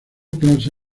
clase